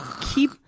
keep